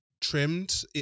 trimmed